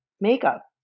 makeup